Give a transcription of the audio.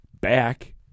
back